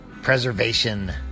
Preservation